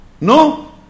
No